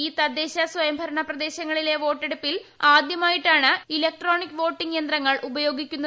ഈ തദ്ദേശ സ്വയംഭരണ പ്രദേശങ്ങളിലെ വോട്ടെടുപ്പിൽ ആദ്യമായിട്ടാണ് ഇലട്രോണിക് വോട്ടിംഗ് യന്ത്രങ്ങൾ ഉപയോഗിക്കുന്നത്